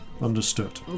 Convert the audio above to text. Understood